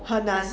很难